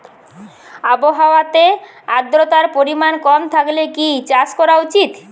আবহাওয়াতে আদ্রতার পরিমাণ কম থাকলে কি চাষ করা উচিৎ?